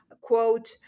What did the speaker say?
quote